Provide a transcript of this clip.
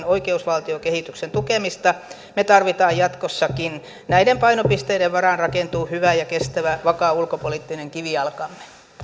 oikeusvaltiokehityksen tukemista me tarvitsemme jatkossakin näiden painopisteiden varaan rakentuu hyvä kestävä ja vakaa ulkopoliittinen kivijalkamme